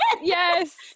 Yes